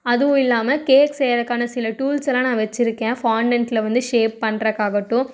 அதுவும் இல்லாம கேக்ஸ் செய்யறக்கான சில டூல்ஸ் எல்லாம் நான் வச்சிருக்கேன் ஃபாண்டென்ட்டில் வந்து ஷேப் பண்ணுறக்காகட்டும்